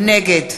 נגד